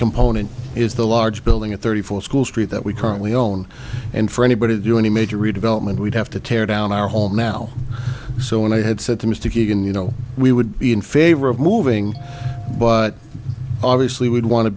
component is the large building at thirty four school st that we currently own and for anybody to do any major redevelopment we'd have to tear down our hall now so when i had said to mr keegan you know we would be in favor of moving but obviously would want to